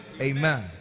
Amen